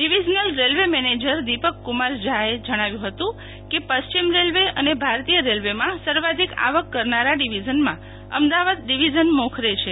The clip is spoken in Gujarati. ડિવિઝનલ રેલવે મેનેજર દીપકકુમાર ઝાએ જણાવ્યું હતું કે પશ્ચિમ રેલવે અને ભારતીય રેલવેમાં સર્વાધિક આવક કરનારા ડિવિઝનમાં અમદાવાદ ડિવિઝન મોખરે છે